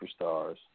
superstars